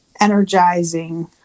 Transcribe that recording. energizing